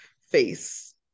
face